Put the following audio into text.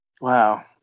Wow